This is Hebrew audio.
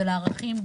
לערכים,